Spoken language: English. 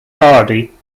hardy